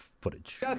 footage